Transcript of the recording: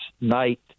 night